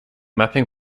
mapping